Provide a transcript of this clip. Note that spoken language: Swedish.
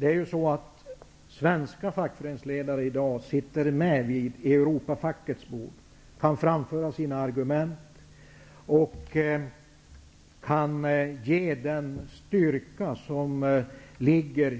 Herr talman! Svenska fackföreningsledare sitter i dag med vid Europafackets bord. De kan där framföra sina argument och ge den styrka som ligger